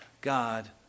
God